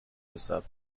لذت